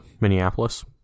Minneapolis